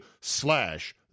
slash